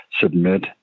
submit